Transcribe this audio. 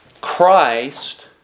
Christ